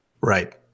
Right